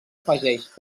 afegeix